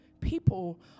People